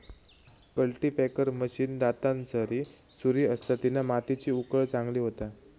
cultipacker machine दातांसारी सुरी असता तिना मातीची उकळ चांगली होता